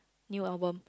new album